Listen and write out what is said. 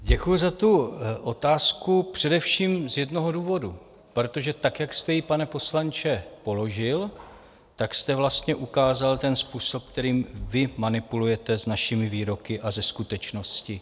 Děkuji za tu otázku především z jednoho důvodu, protože tak, jak jste ji, pane poslanče, položil, jste vlastně ukázal způsob, kterým vy manipulujete s našimi výroky a se skutečnosti .